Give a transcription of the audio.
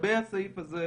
לגבי הסעיף הזה.